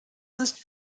ist